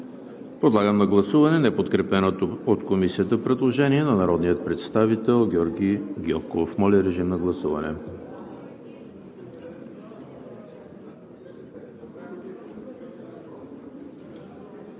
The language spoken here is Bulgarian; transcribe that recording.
Подлагам на гласуване неподкрепеното от Комисията предложение на народния представител Георги Гьоков. Гласували